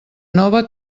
nova